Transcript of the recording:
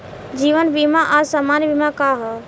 जीवन बीमा आ सामान्य बीमा का ह?